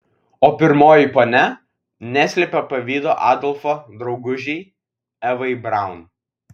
o pirmoji ponia neslėpė pavydo adolfo draugužei evai braun